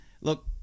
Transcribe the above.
look